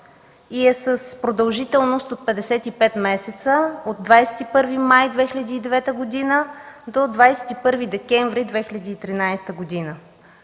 и е с продължителност от 55 месеца от 21 май 2009 г. до 21 декември 2013 г.